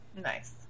Nice